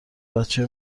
بچه